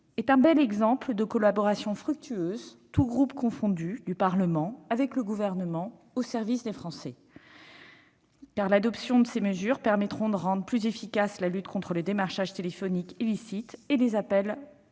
est un bel exemple de collaboration fructueuse du Parlement, tous groupes confondus, avec le Gouvernement au service des Français, car l'adoption de ces mesures permettra de rendre plus efficace la lutte contre le démarchage téléphonique illicite et les appels frauduleux.